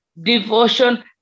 devotion